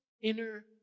inner